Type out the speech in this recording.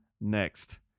next